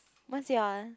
what's your